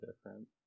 different